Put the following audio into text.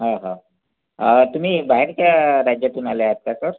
हां हां तुम्ही बाहेरच्या राज्यातून आले आहात का सर